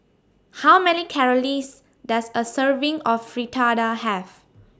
How Many Calories Does A Serving of Fritada Have